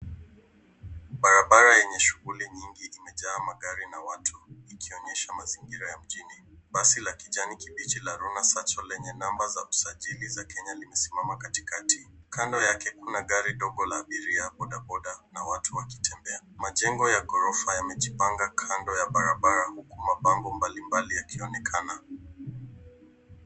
Barabara yenye shughuli nyingi imejaa magari na watu ikionyesha mazingira ya mjini. Basi la kijani kibichi la Rona Sacco lenye namba za usajili za Kenya likisimama katikati. Kando yake kuna gari dogo la abiria, boda boda na watu wakitembea. Majengo ya ghorofa yamejipanga kando ya barabara huku mabango mbali yakionekana.